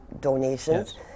donations